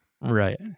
Right